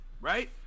right